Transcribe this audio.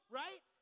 right